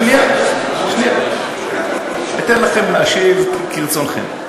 שנייה, אתן לכם להשיב כרצונכם.